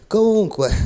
Comunque